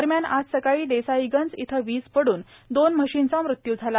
दरम्यानए आज सकाळी देसाईगंज येथे वीज पडून दोन म्हशींचा मृत्यू झाला